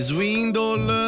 Swindle